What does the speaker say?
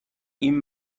این